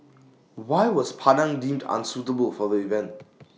why was Padang deemed unsuitable for the event